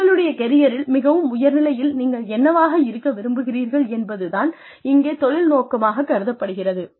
உங்களுடைய கெரியரில் மிகவும் உயர் நிலையில் நீங்கள் என்னவாக இருக்க விரும்புகிறீர்கள் என்பது தான் இங்கே தொழில் நோக்கமாகக் கருதப்படுகிறது